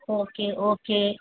okay okay